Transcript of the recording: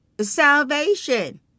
Salvation